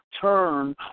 turn